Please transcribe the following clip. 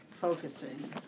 focusing